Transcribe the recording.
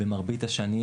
במרבית השנים,